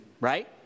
right